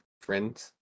friends